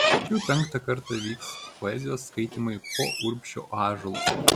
čia jau penktą kartą vyks poezijos skaitymai po urbšio ąžuolu